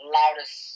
loudest